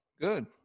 Good